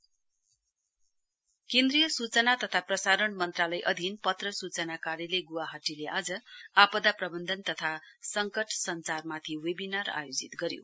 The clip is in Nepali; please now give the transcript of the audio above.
वेबीनार केन्द्रीय सूचना तथा प्रसारण मन्त्रालय अधिन पत्र सूचना कार्यलयगुवाहाटीले आज आपदा प्रवन्धन तथा सङ्कट सञ्चारमाथि वेबिनार आयोजित गर्यो